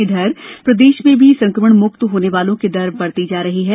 इधर प्रदेश में भी संक्रमण मुक्त होने वालों की दर बढ़ती ही जा रही है